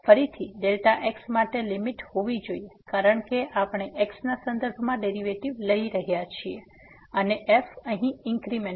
તેથી ફરીથી Δx માટે લીમીટ હોવી જોઈએ કારણ કે આપણે x ના સંદર્ભમાં ડેરીવેટીવ લઈ રહ્યા છીએ અને f અહી ઇન્ક્રીમેન્ટ